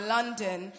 London